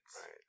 Right